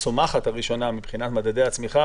הצומחת הראשונה מבחינת מדדי הצמיחה,